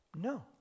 No